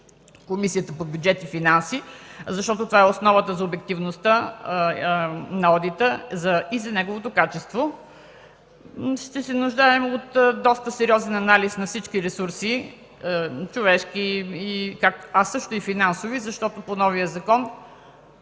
Комисията по бюджет и финанси, защото това е основата за обективността на одита и за неговото качество. Ще се нуждаем от доста сериозен анализ на всички ресурси – човешки, а също и финансови, защото по новия закон